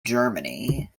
germany